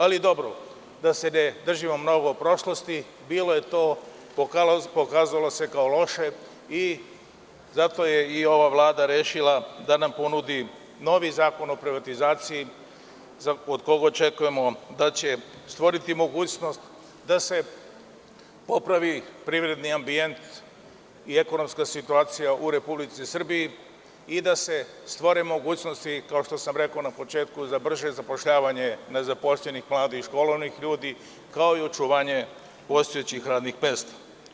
Ali, dobro da se ne držimo mnogo prošlosti, to je bilo, pokazalo se kao loše, a zato je i ova vlada rešila da nam ponudi novi zakon privatizaciji od koga očekujemo da će stvoriti mogućnost da se popravi privredni ambijent i ekonomska situacija u Republici Srbiji i da se stvore mogućnosti, kao što sam rekao na početku, za brže zapošljavanje nezaposlenih mladih i školovanih ljudi, kao i očuvanje postojećih radnih mesta.